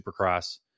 supercross